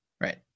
Right